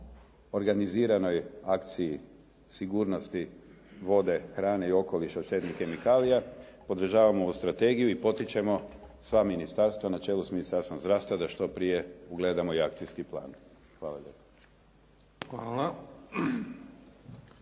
organiziranoj akciji sigurnosti vode, hrane i okoliša od štetnih kemikalija, podržavam ovu strategiju i potičemo sva ministarstva na čelu s Ministarstvom zdravstva da što prije ugleda moj akcijski plan. Hvala